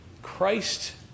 christ